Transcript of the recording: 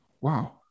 wow